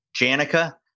Janica